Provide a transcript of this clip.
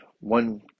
one